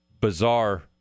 bizarre